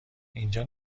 اینجا